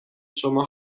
شما